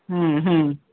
ହୁଁ ହୁଁ